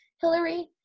Hillary